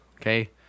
okay